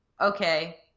okay